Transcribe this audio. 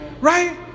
right